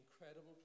incredible